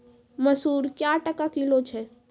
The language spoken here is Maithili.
मसूर क्या टका किलो छ?